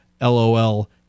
LOL